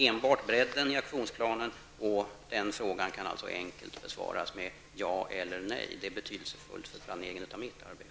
Enbart frågan om bredden i aktionsplanen kan enkelt besvaras med ja eller nej. Det är betydelsefullt för planeringen av mitt arbete.